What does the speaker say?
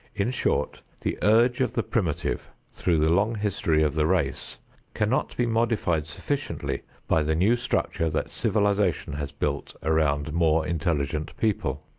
in short the urge of the primitive through the long history of the race cannot be modified sufficiently by the new structure that civilization has built around more intelligent people.